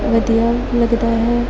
ਵਧੀਆ ਲੱਗਦਾ ਹੈ